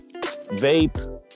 vape